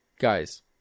Guys